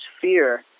fear